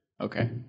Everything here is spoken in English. Okay